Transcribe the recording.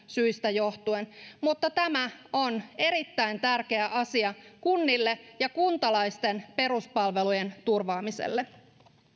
syistä johtuen tämä on erittäin tärkeä asia kunnille ja kuntalaisten peruspalvelujen turvaamiselle